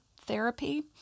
therapy